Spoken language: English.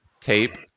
tape